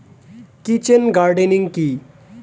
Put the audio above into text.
Kitchen gardening কি?